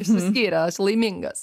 išsiskyrė aš laimingas